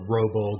Robo